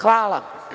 Hvala.